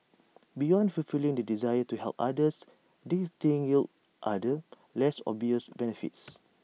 beyond fulfilling the desire to help others this stint yielded other less obvious benefits